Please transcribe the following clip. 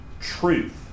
truth